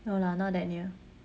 no lah not that near